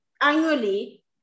annually